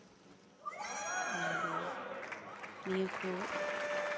ᱟᱨ ᱱᱤᱭᱟᱹ ᱠᱚ